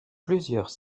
plusieurs